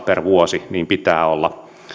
per vuosi niin pitää olla